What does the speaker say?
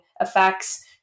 effects